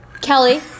Kelly